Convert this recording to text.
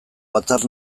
batzar